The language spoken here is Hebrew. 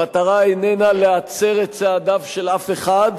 המטרה איננה להצר את צעדיו של אף אחד,